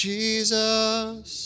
Jesus